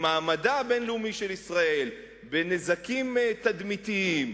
במעמדה הבין-לאומי של ישראל, בנזקים תדמיתיים,